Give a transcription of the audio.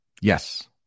yes